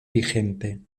vigente